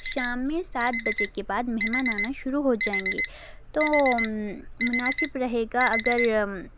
شام میں سات بجے کے بعد مہمان آنا شروع ہو جائیں گے تو مناسب رہے گا اگر